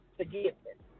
forgiveness